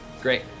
Great